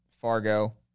Fargo